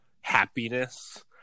happiness